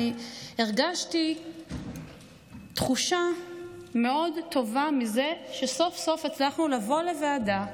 הרגשתי תחושה מאוד טובה מזה שסוף-סוף הצלחנו לבוא לוועדה,